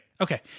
Okay